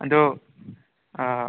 ꯑꯗꯣ ꯑꯥ